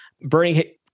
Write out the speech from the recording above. Bernie